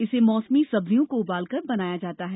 इसे मौसमी सब्जियों को उबालकर बनाया जाता है